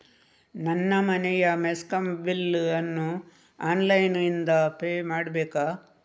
ನನ್ನ ಮನೆಯ ಮೆಸ್ಕಾಂ ಬಿಲ್ ಅನ್ನು ಆನ್ಲೈನ್ ಇಂದ ಪೇ ಮಾಡ್ಬೇಕಾ?